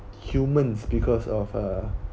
humans because of uh